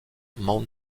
mount